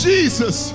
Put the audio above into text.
Jesus